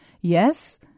Yes